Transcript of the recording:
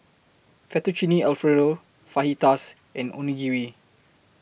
Fettuccine Alfredo Fajitas and Onigiri